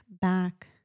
back